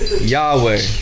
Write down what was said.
Yahweh